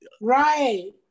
right